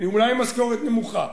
אולי משכורת נמוכה,